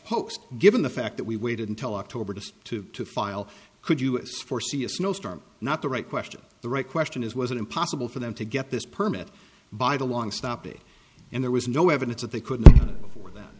post given the fact that we waited until october just to file could you see a snowstorm not the right question the right question is was it impossible for them to get this permit by the long stoppie and there was no evidence that they couldn't before that